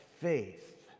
faith